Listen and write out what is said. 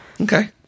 Okay